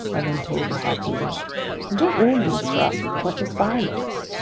i then told the harpooner, and don't ruin things for us with pointless violence.